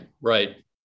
right